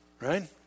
right